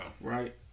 right